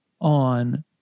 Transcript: on